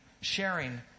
sharing